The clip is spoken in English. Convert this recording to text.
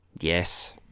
Yes